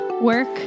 work